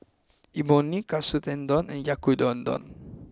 Imoni Katsu Tendon and Yaki udon